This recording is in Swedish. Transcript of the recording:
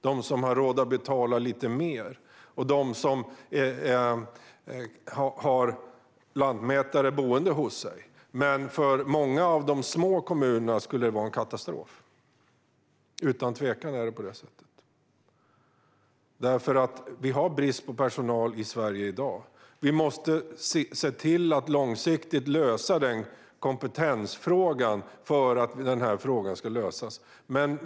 De har råd att betala mer och har kanske lantmätare boende hos sig. Men för många av de små kommunerna vore detta utan tvekan en katastrof. Det finns personalbrist i Sverige i dag. Vi måste långsiktigt lösa kompetensfrågan för att få bukt med problemet.